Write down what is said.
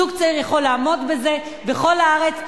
זוג צעיר יכול לעמוד בזה בכל הארץ.